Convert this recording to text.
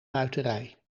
muiterij